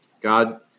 God